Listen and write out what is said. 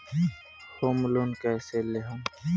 Home loan कैसे लेहम?